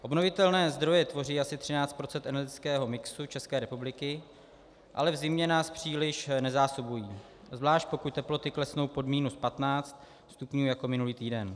Obnovitelné zdroje tvoří asi 13 % energetického mixu České republiky, ale v zimě nás příliš nezásobují, zvlášť pokud teploty klesnou pod minus 15 stupňů jako minulý týden.